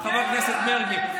חבר הכנסת מרגי.